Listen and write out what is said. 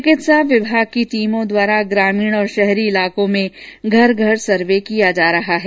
चिकित्सा विभाग की टीमों द्वारा ग्रामीण और शहरी क्षेत्रों में घर घर सर्वे का काम भी किया जा रहा है